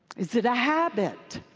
is it a habit?